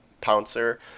Pouncer